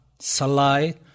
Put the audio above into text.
salai